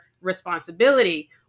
responsibility